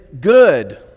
good